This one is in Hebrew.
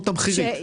משמעותי,